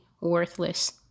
worthless